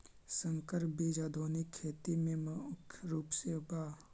संकर बीज आधुनिक खेती में मुख्य रूप से बा